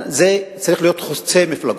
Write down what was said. זה צריך להיות חוצה מפלגות.